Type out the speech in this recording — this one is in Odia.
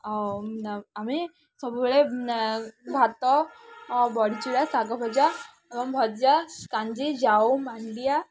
ଆଉ ଆମେ ସବୁବେଳେ ଭାତ ବଡ଼ିଚୁରା ଶାଗ ଭଜା ଏବଂ ଭଜା କାଞ୍ଜି ଯାଉ ମାଣ୍ଡିଆ